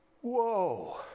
Whoa